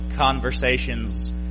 conversations